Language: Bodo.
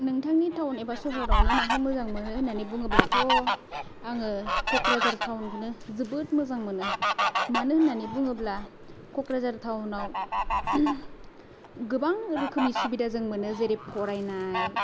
नोंथांनि टाउन एबा सहराव नों माखौ मोजां मोनो होननानै बुङोब्लाथ' आङो क'क्राझार टाउनखौनो जोबोद मोजां मोनो मानो होननानै बुङोब्ला क'क्राझार टाउनाव गोबां रोखोमनि सुबिदा जोङो मोनो जेरै फरायनाय